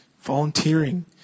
volunteering